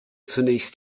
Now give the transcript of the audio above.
zunächst